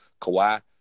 Kawhi